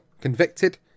convicted